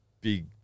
big